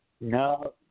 no